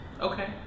Okay